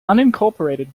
unincorporated